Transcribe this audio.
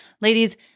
Ladies